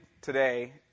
today